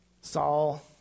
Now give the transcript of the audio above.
Saul